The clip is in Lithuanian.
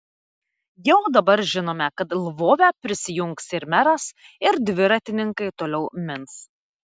jau dabar žinome kad lvove prisijungs ir meras ir dviratininkai toliau mins